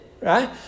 right